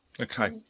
Okay